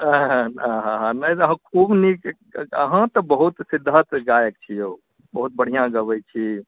आहा आहा नहि खूब नीक अहाँ तऽ बहुत सिद्ध्स्त गायक छी यौ बहुत बढ़िआँ गबैत छी